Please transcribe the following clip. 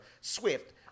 Swift